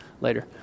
later